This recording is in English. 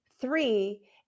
three